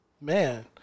Man